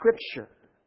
Scripture